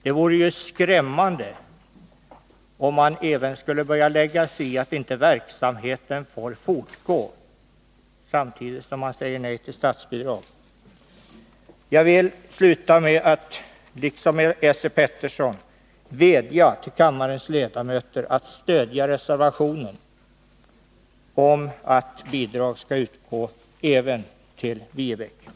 Det vore ju skrämmande om man även skulle börja lägga sig i skolans angelägenheter så mycket att man sade att verksamheten inte får fortgå, samtidigt som man säger nej till fullt statsbidrag. Jag vill sluta mitt inlägg med att liksom Esse Petersson vädja till kammarens ledamöter att stödja reservationen om att bidrag skall utgå även till Viebäck.